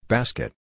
Basket